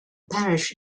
parish